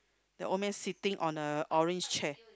the old man sitting on a orange chair